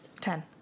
Ten